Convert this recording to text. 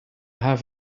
have